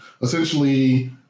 essentially